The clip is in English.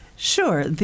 Sure